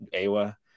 awa